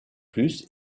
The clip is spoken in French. plus